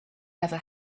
never